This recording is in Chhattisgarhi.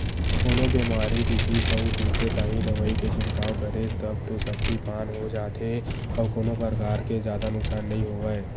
कोनो बेमारी दिखिस अउ तुरते ताही दवई के छिड़काव करेस तब तो सब्जी पान हो जाथे अउ कोनो परकार के जादा नुकसान नइ होवय